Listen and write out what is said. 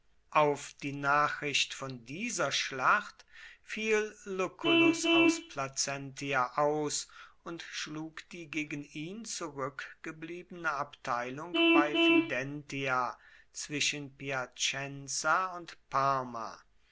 auf die nachricht von dieser schlacht fiel lucullus aus placentia aus und schlug die gegen ihn zurückgebliebene abteilung bei fidentia zwischen piacenza und parma